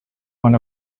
one